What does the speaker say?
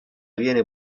viene